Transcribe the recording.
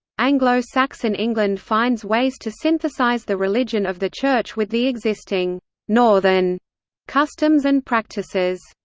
anglo-saxon england finds ways to synthesize the religion of the church with the existing northern customs and practices.